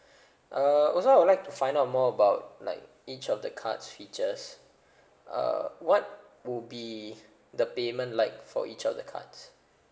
uh also I would like to find out more about like each of the cards features uh what will be the payment like for each of the cards